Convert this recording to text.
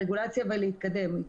רגולציה ולהתקדם.